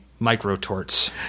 Microtorts